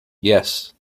yes